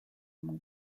mon